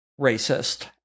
Racist